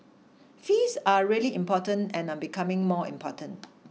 fees are really important and are becoming more important